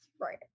Right